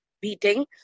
beating